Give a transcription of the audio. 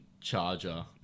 charger